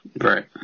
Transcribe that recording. Right